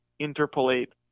interpolate